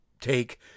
take